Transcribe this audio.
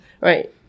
right